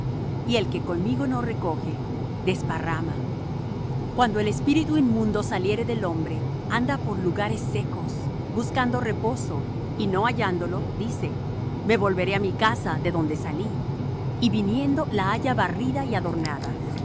y el que conmigo no recoge desparrama cuando el espíritu inmundo saliere del hombre anda por lugares secos buscando reposo y no hallándolo dice me volveré á mi casa de donde salí y viniendo la halla barrida y adornada